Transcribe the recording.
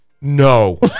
No